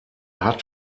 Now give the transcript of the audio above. hat